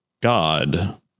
god